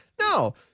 No